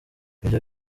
ibyo